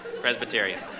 Presbyterians